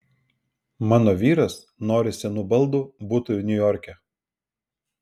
mano vyras nori senų baldų butui niujorke